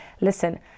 listen